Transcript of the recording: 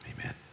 Amen